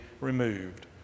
removed